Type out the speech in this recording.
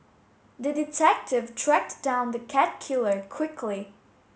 the detective tracked down the cat killer quickly